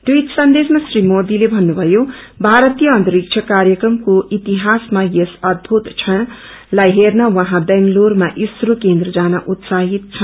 tweet संदेशमा श्री मोदीले भन्नुभयो भारतीय अन्तरिक्ष कार्यक्रमको इतिहासमा यस अदभूत क्षणलाई हेँन उहाँ बेंगलूरूमा आईएसआरओ केन्द्र जान उत्साहित छन्